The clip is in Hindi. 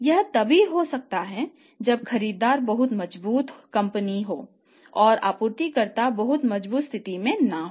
यह तभी हो सकता है जब खरीदार बहुत मजबूत कंपनी हो और आपूर्तिकर्ता बहुत मजबूत स्थिति में न हो